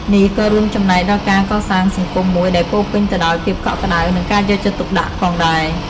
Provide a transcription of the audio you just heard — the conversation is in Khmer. នេះក៏រួមចំណែកដល់ការកសាងសង្គមមួយដែលពោរពេញទៅដោយភាពកក់ក្តៅ និងការយកចិត្តទុកដាក់ផងដែរ។